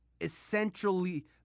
essentially